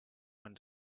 one